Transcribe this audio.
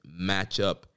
matchup